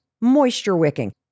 moisture-wicking